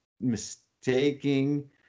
mistaking